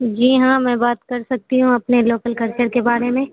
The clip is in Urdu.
جی ہاں میں بات کر سکتی ہوں اپنے لوکل کلچر کے بارے میں